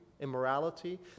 immorality